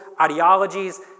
ideologies